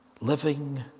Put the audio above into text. living